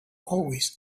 always